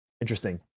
interesting